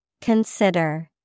Consider